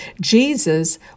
Jesus